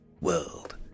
world